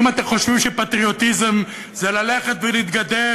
אם אתם חושבים שפטריוטיזם זה ללכת ולהתגדר